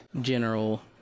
general